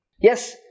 Yes